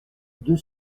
deux